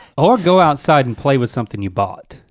or go outside and play with something you bought.